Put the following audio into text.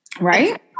right